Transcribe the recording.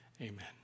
Amen